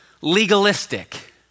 legalistic